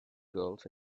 girls